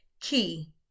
key